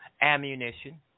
ammunition